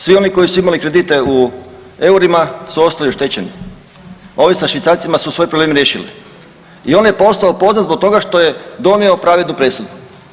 Svi oni koji su imali kredite u eurima su ostali oštećeni, a ovi sa švicarcima su svoj problem riješili i on je postao poznat zbog toga što je donio pravednu presudu.